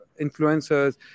influencers